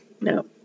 No